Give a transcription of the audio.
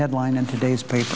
headline in today's paper